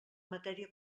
matèria